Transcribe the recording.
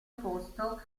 posto